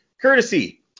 courtesy